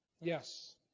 Yes